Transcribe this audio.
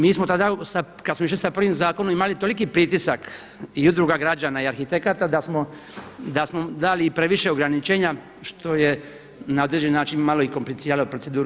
Mi smo tada kada smo išli sa prvim zakonom imali toliki pritisak i udruga građana i arhitekata da smo dali i previše ograničenja što je na određeni način malo i kompliciralo proceduru.